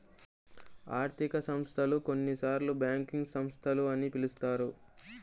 ఆర్థిక సంస్థలు, కొన్నిసార్లుబ్యాంకింగ్ సంస్థలు అని పిలుస్తారు